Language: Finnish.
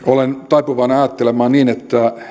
olen taipuvainen ajattelemaan niin